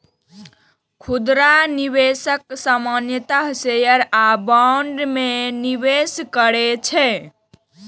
खुदरा निवेशक सामान्यतः शेयर आ बॉन्ड मे निवेश करै छै